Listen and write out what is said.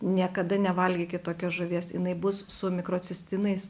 niekada nevalgykit tokios žuvies jinai bus su mikrocistinais